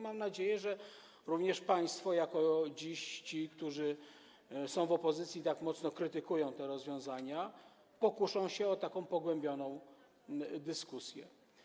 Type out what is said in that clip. Mam nadzieję, że również państwo dziś jako ci, którzy są w opozycji i tak mocno krytykują te rozwiązania, pokuszą się o taką pogłębioną dyskusję.